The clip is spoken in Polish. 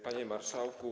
Panie Marszałku!